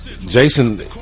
Jason